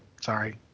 Sorry